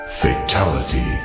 Fatality